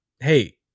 Hey